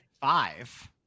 Five